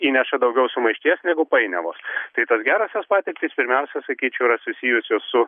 įneša daugiau sumaišties negu painiavos tai tos gerosios patirtys pirmiausia sakyčiau yra susijusios su